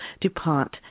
DuPont